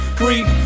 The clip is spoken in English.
creep